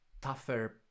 tougher